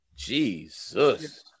Jesus